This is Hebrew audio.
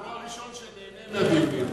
הוא הראשון שנהנה מהדיונים.